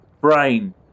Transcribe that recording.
brain